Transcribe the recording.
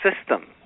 system